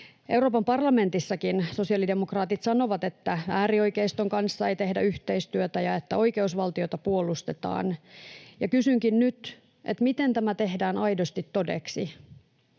Euroopan parlamentissakin sosiaalidemokraatit sanovat, että äärioikeiston kanssa ei tehdä yhteistyötä ja että oikeusvaltiota puolustetaan. Ja kysynkin nyt: Miten tämä tehdään aidosti todeksi?